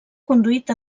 conduït